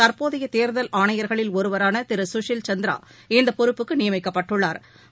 தற்போதைய தேர்தல் ஆணையா்களில் ஒருவரான திரு கூஷில் சந்திரா இப்பொறுப்புக்கு நியமிக்கப்பட்டுள்ளாா்